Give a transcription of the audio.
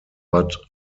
but